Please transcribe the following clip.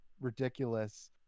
ridiculous